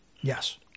Yes